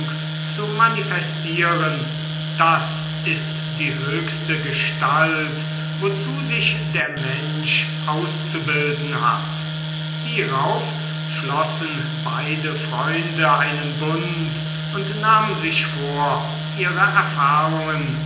zu manifestieren das ist die höchste gestalt wozu sich der mensch auszubilden hat hierauf schlossen beide freunde einen bund und nahmen sich vor ihre erfahrungen